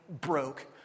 broke